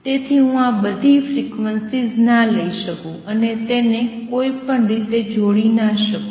તેથી હું બધી ફ્રીક્વન્સીઝ ના લઈ શકું અને તેમને કોઈપણ રીતે જોડી ના શકું